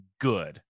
good